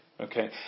Okay